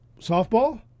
softball